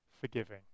forgiving